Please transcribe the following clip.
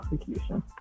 execution